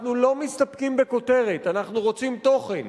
אנחנו לא מסתפקים בכותרת, אנחנו רוצים תוכן.